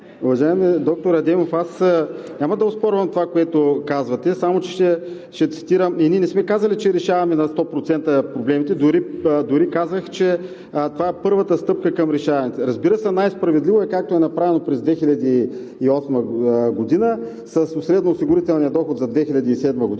Уважаеми доктор Адемов, аз няма да оспорвам това, което казвате, само ще цитирам. Ние не сме казали, че решаваме на сто процента проблемите, дори казах, че това е първата стъпка към решаването. Разбира се, най-справедливо е, както е направено през 2008 г. – със средноосигурителния доход за 2007 г.,